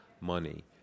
money